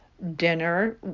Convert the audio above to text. dinner